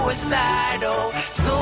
Suicidal